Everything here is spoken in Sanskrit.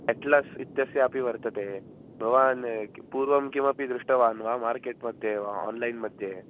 अट्लस् इत्यस्यापि वर्तते भवान् क् पूर्वं किमपि दृष्टवान् वा मार्केट् मध्ये वा आन्लैन् मध्ये